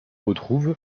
retrouve